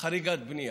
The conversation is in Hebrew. חריגת בנייה.